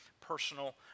personal